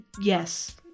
Yes